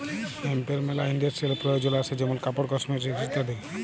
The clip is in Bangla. হেম্পের মেলা ইন্ডাস্ট্রিয়াল প্রয়জন আসে যেমন কাপড়, কসমেটিকস ইত্যাদি